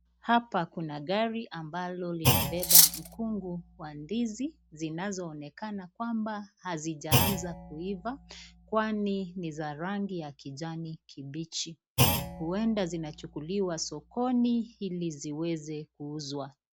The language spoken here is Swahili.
Hapa kuna gari ambalo linabeba mkungu wa ndizi, zinazoonekana kwamba hazijaanza kuiva, kwani ni za rangi ya kijani kibichi, huenda zinachuliwa sokoni ili ziweze kuuzwa.